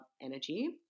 energy